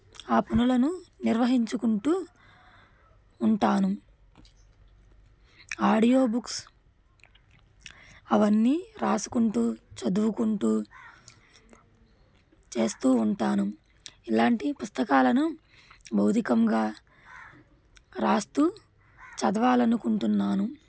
ఆ పనులను నిర్వహించుకుంటూ ఉంటాను ఆడియో బుక్స్ అవన్నీ రాసుకుంటూ చదువుకుంటూ చేస్తూ ఉంటాను ఇలాంటి పుస్తకాలను భౌతికంగా రాస్తూ చదవాలనుకుంటున్నాను